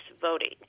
voting